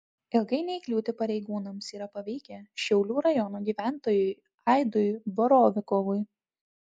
ilgai neįkliūti pareigūnams yra pavykę šiaulių rajono gyventojui aidui borovikovui